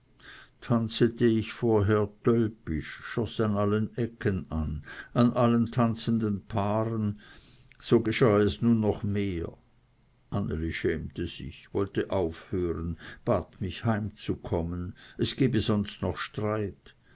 tanzete ich vorher tölpisch schoß an alle ecken an an alle tanzenden paare so geschah es nun noch mehr anneli schämte sich wollte aufhören bat mich heimzukommen es gebe sonst noch streit